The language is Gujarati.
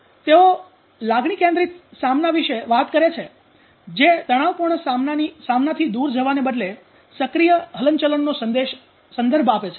તેઓ લાગણી કેન્દ્રિત સામના વિશે વાત કરે છે જે તણાવપૂર્ણ સામનાથી દૂર જવાને બદલે સક્રિય હલનચલનનો સંદર્ભ આપે છે